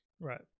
right